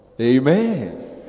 Amen